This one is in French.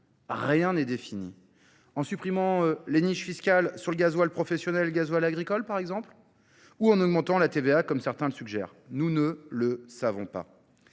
Rien n'est défini. En supprimant les niches fiscales sur le gazoil professionnel, le gazoil agricole par exemple, ou en augmentant la TVA comme certains le suggèrent. Nous ne le savons pas.